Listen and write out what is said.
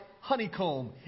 honeycomb